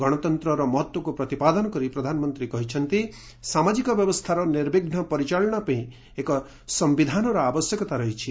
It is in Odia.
ଗଣତନ୍ତ୍ରର ମହତ୍ୱକୁ ପ୍ରତିପାଦନ କରି ପ୍ରଧାନମନ୍ତ୍ରୀ କହିଛନ୍ତି ସାମାଜିକ ବ୍ୟବସ୍ଥାର ନିର୍ବିଘ୍ନ ପରିଚାଳନା ପାଇଁ ଏକ ସମ୍ଭିଧାନର ଆବଶ୍ୟକତା ରହିଛି